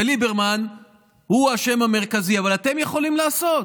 ליברמן הוא האשם המרכזי, אבל אתם יכולים לעשות.